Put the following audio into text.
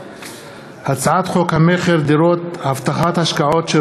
הצעת חוק המכר (דירות) (הבטחת השקעות של